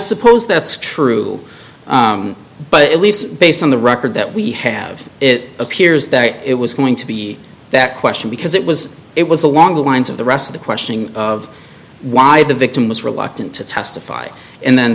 suppose that's true but at least based on the record that we have it appears that it was going to be that question because it was it was along the lines of the rest of the questioning of why the victim was reluctant to testify and then